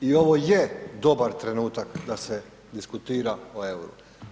I ovo je dobar trenutak da se diskutira o euru.